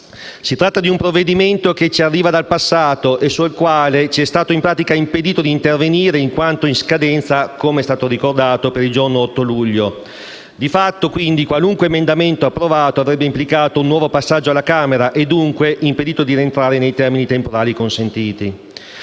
Si tratta di un provvedimento che ci arriva dal passato e sul quale ci è stato in pratica impedito di intervenire in quanto in scadenza - come è stato ricordato - per il giorno 8 luglio. Di fatto, quindi, qualunque emendamento approvato avrebbe implicato un nuovo passaggio alla Camera e dunque impedito di rientrare nei termini temporali consentiti.